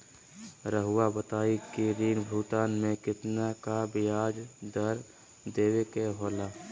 रहुआ बताइं कि ऋण भुगतान में कितना का ब्याज दर देवें के होला?